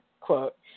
quote